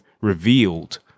revealed